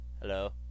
Hello